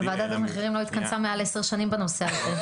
אבל ועדת המחירים לא התכנסה מעל עשר שנים בנושא הזה.